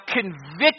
conviction